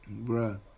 bruh